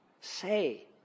say